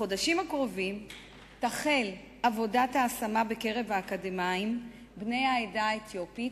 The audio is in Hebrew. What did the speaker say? בחודשים הקרובים תחל עבודת ההשמה של אקדמאים בני העדה האתיופית,